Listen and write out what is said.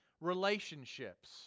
relationships